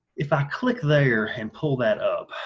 if i click there and pull that up,